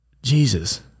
Jesus